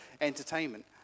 entertainment